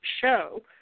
show